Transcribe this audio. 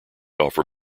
offer